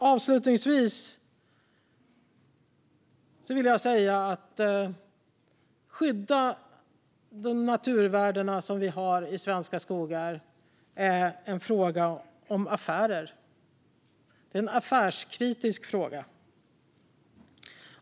Avslutningsvis, fru talman: Att skydda de naturvärden vi har i svenska skogar är en fråga om affärer. Det är en affärskritisk fråga.